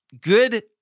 Good